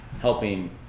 helping